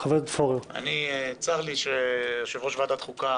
צר לי שיושב-ראש ועדת החוקה